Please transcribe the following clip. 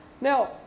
Now